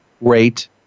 rate